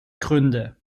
gründe